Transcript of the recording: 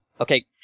Okay